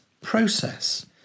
process